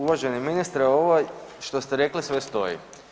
Uvaženi ministre, ovaj što ste rekli sve stoji.